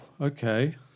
okay